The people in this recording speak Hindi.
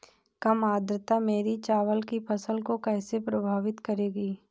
कम आर्द्रता मेरी चावल की फसल को कैसे प्रभावित करेगी?